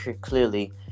clearly